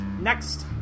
next